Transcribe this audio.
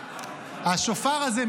השופר הזה,